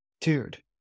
dude